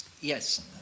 yes